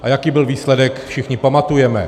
A jaký byl výsledek, všichni pamatujeme.